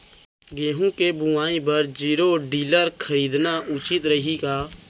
गेहूँ के बुवाई बर जीरो टिलर खरीदना उचित रही का?